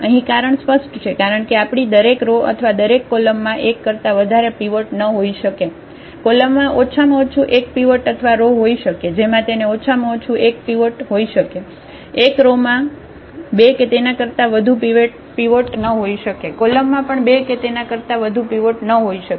અહીં કારણ સ્પષ્ટ છે કારણ કે આપણી દરેક રો અથવા દરેક કોલમમાં એક કરતા વધારે પીવોટ ન હોઈ શકે કોલમમાં ઓછામાં ઓછું એક પીવોટ અથવા રો હોઈ શકે જેમાં તેને ઓછામાં ઓછું એક પીવોટ હોઈ શકે એક રો માં બે કે તેના કરતા વધુ પીવોટ ન હોઈ શકે કોલમમાં પણ બે કે તેના કરતા વધુ પીવોટ ન હોઈ શકે